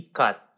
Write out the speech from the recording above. cut